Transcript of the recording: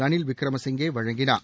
ரனில் விக்ரசிமசிங்கே வழங்கினார்